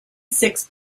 six